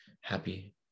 happy